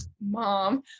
mom